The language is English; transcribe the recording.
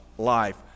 life